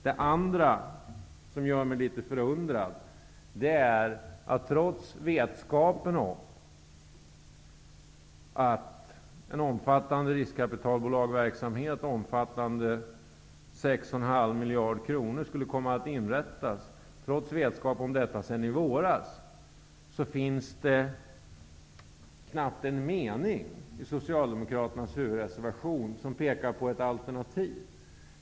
Det andra som gör mig litet förundrad är att det i Socialdemokraternas huvudreservation, trots vetskap sedan i våras om att en omfattande riskkapitalbolagsverksamhet omfattande 6,5 miljarder kronor skulle komma att inrättas, finns knappt en mening som pekar på ett alternativ.